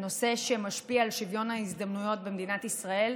שמשפיע על שוויון ההזדמנויות במדינת ישראל,